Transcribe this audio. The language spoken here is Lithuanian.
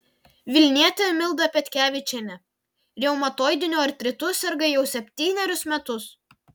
vilnietė milda petkevičienė reumatoidiniu artritu serga jau septynerius metus